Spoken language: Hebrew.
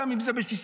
גם אם זה בשישי,